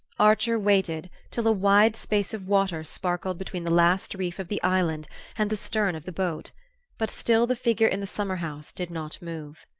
archer waited till a wide space of water sparkled between the last reef of the island and the stern of the boat but still the figure in the summer-house did not move.